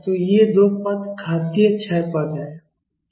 तो ये दो पद घातीय क्षय पद हैं